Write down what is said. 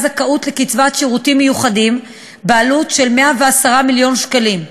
זכאות לקצבת שירותים מיוחדים בעלות 110 מיליון שקלים.